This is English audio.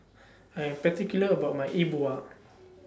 I Am particular about My E Bua